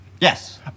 Yes